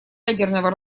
ядерного